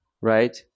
right